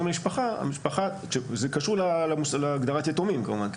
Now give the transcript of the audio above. על משפחה זה קשור להגדרת יתומים כמובן.